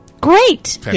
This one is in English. Great